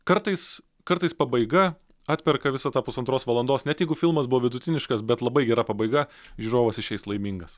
kartais kartais pabaiga atperka visą tą pusantros valandos net jeigu filmas buvo vidutiniškas bet labai gera pabaiga žiūrovas išeis laimingas